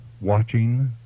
watching